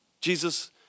Jesus